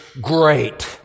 great